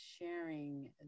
sharing